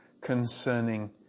concerning